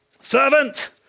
servant